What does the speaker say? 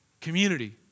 community